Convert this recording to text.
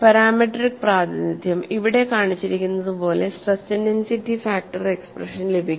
parametric പ്രാതിനിധ്യം ഇവിടെ കാണിച്ചിരിക്കുന്നതുപോലെ സ്ട്രെസ് ഇന്റൻസിറ്റി ഫാക്ടർ എക്സ്പ്രഷൻ ലഭിക്കും